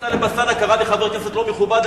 חבר הכנסת טלב אלסאנע קרא לי חבר כנסת לא מכובד.